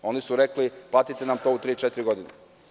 Oni su rekli – platite nam to u tri, četiri godine.